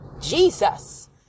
Jesus